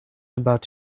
about